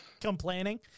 Complaining